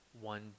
one